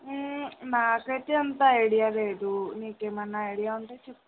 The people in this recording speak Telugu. నాకు అయితే అంత ఐడియా లేదు నీకు ఏమన్న ఐడియా ఉంటే చెప్పు